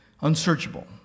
Unsearchable